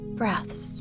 breaths